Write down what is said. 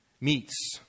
meets